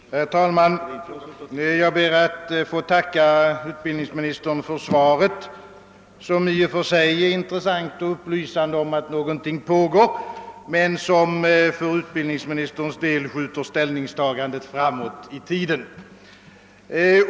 Herr talman! Jag ber att få tacka utbildningsministern för svaret. Det är i och för sig intressant och upplysande att få veta att någonting pågår, men utbildningsministern skjuter för sin del ställningstagandet framåt i tiden.